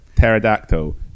Pterodactyl